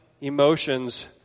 emotions